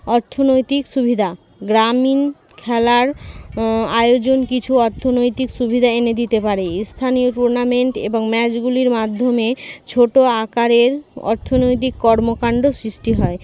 অর্থনৈতিক সুবিধা গ্রামীণ খেলার আয়োজন কিছু অর্থনৈতিক সুবিধা এনে দিতে পারে স্থানীয় টুর্নামেন্ট এবং ম্যাচগুলির মাধ্যমে ছোট আকারের অর্থনৈতিক কর্মকাণ্ড সৃষ্টি হয়